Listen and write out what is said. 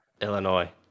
Illinois